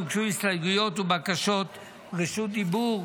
הוגשו הסתייגויות ובקשות רשות דיבור.